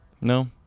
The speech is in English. No